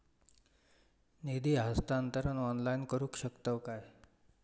निधी हस्तांतरण ऑनलाइन करू शकतव काय?